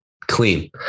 clean